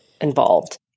involved